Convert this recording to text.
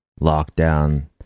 lockdown